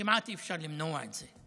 כמעט אי-אפשר למנוע את זה.